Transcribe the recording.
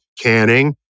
canning